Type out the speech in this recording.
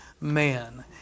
man